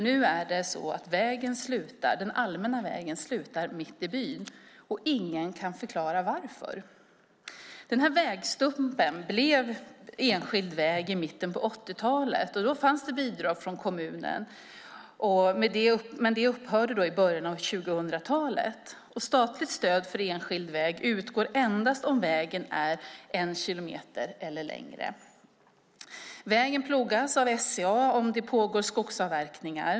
Nu är det så att den allmänna vägen slutar mitt i byn och ingen kan förklara varför. Den här vägstumpen blev enskild väg i mitten av 80-talet. Då fanns det bidrag från kommunen, men det upphörde i början av 2000-talet. Statligt stöd för enskild väg utgår endast om vägen är en kilometer eller längre. Vägen plogas av SCA om det pågår skogsavverkning.